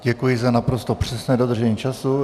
Děkuji za naprosto přesné dodržení času.